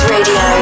Radio